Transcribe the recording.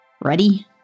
ready